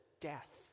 death